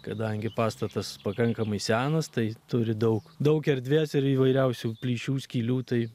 kadangi pastatas pakankamai senas tai turi daug daug erdvės ir įvairiausių plyšių skylių tai